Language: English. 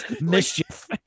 mischief